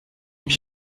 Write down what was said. mich